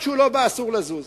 עד שהוא לא בא, אסור לזוז.